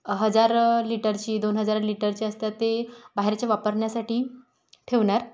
हजार लिटरची दोन हजार लिटरची असतात ते बाहेरचे वापरण्यासाठी ठेवणार